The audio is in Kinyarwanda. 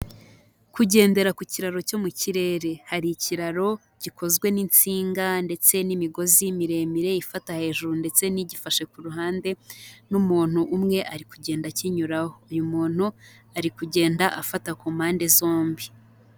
Kugendera ku kiraro cyo mu kirere. Hari ikiraro gikozwe n'insinga ndetse n'imigozi miremire ifata hejuru ndetse n'igifashe ku ruhande n'umuntu umwe ari kugenda akinyuraho. Uyu muntu ari kugenda afata ku mpande zombi.